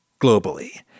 globally